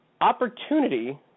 opportunity